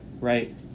Right